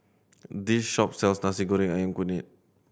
this shop sells Nasi Goreng Ayam Kunyit